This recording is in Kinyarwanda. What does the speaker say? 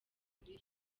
kuri